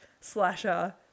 slasher